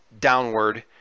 downward